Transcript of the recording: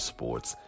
Sports